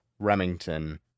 Remington